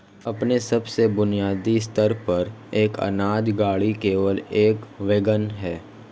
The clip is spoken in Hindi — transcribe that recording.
अपने सबसे बुनियादी स्तर पर, एक अनाज गाड़ी केवल एक वैगन है